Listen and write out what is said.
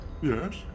Yes